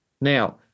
Now